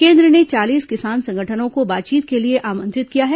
केन्द्र ने चालीस किसान संगठनों को बातचीत के लिए आमंत्रित किया है